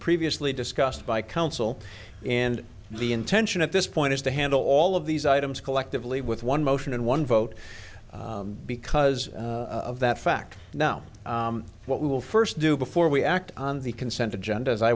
previously discussed by counsel and the intention at this point is to handle all of these items collectively with one motion and one vote because of that fact now what we will first do before we act on the consent agenda i